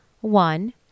one